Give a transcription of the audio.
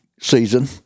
season